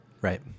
Right